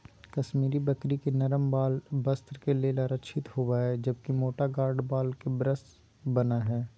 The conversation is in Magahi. कश्मीरी बकरी के नरम वाल वस्त्र के लेल आरक्षित होव हई, जबकि मोटा गार्ड वाल के ब्रश बन हय